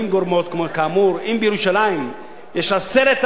אם בירושלים יש 10,000 דירות ריקות,